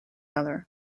other